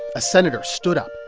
a senator stood up,